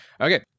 Okay